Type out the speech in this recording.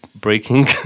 breaking